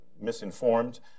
misinformed